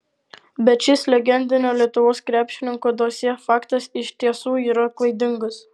bet šis legendinio lietuvos krepšininko dosjė faktas iš tiesų yra klaidingas